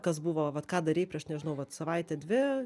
kas buvo vat ką darei prieš nežinau vat savaitę dvi